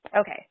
Okay